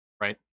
right